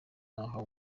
n’aho